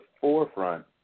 forefront